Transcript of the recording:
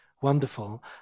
wonderful